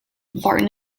barton